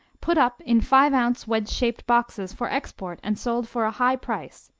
put up in five-ounce wedge-shaped boxes for export and sold for a high price,